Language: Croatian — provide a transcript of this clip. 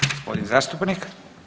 Gospodin zastupnik.